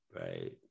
right